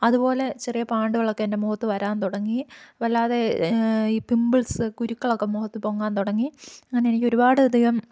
അതുപോലെ ചെറിയ പാണ്ടുകളൊക്കെ എൻ്റെ മുഖത്ത് വരാൻ തുടങ്ങി വല്ലാതെ ഈ പിംപിൾസ് കുരുക്കളൊക്കെ മുഖത്തു പൊങ്ങാൻ തുടങ്ങി അങ്ങനെ എനിക്ക് ഒരുപാട് അധികം